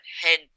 head